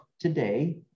Today